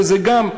וזה גם,